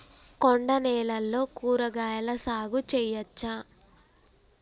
కొండ నేలల్లో కూరగాయల సాగు చేయచ్చా?